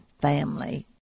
family